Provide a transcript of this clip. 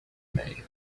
maid